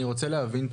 אני רוצה להבין,